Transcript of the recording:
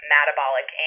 Metabolic